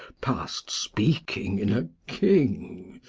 past speaking in a king.